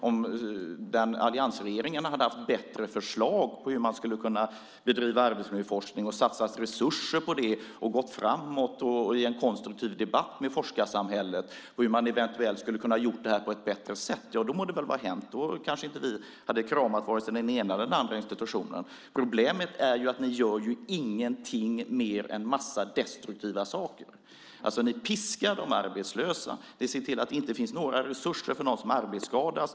Om alliansregeringen hade haft bättre förslag på hur man skulle bedriva arbetsmiljöforskning, satsa resurser och gå framåt i en konstruktiv debatt med forskningssamhället om hur man eventuellt kunde göra detta på ett bättre sätt må väl vara hänt. Då hade vi kanske inte kramat vare sig den ena den andra institutionen. Problemet är att ni gör ingenting mer än en massa destruktiva saker. Ni piskar de arbetslösa. Ni ser till att det inte finns några resurser för dem som arbetsskadas.